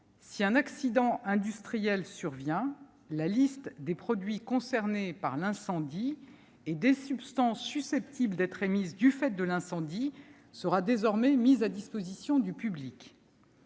si un accident industriel survient, la liste des produits concernés par l'incendie et des substances susceptibles d'être émises du fait de celui-ci sera désormais mise à disposition du public.